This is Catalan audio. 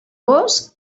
gos